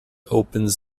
opens